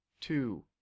two